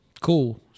Cool